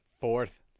fourth